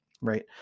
Right